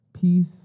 peace